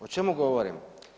O čemu govorim?